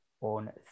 on